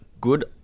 good